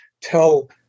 tell